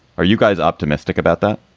are you guys optimistic about that?